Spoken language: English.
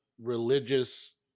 religious